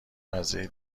مزه